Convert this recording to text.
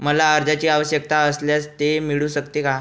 मला कर्जांची आवश्यकता असल्यास ते मिळू शकते का?